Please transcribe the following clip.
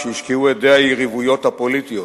כשישקעו הדי היריבויות הפוליטיות,